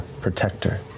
protector